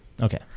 Okay